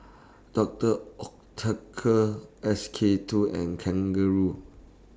Doctor Oetker S K two and Kangaroo